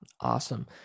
Awesome